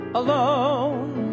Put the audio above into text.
alone